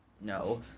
no